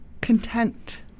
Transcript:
content